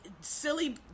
silly